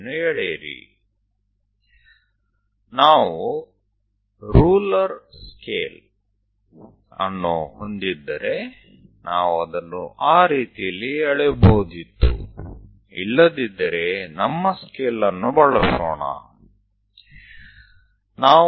તો જો આપણી પાસે રૂલર માપપટ્ટી હશે તો આપણે તે રીતે દોરી શકીશું નહીંતર ચાલો આપણી માપપટ્ટીનો ઉપયોગ કરીએ